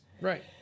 Right